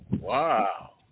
Wow